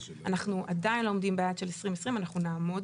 אנחנו עדיין לא עומדים ביעד של 2020. אנחנו נעמוד